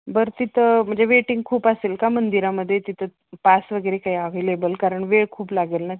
बरं तिथं म्हणजे वेटिंग खूप असेल का मंदिरामध्ये तिथं पास वगैरे काही अव्हेलेबल कारण वेळ खूप लागेल ना